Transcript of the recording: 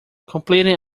completing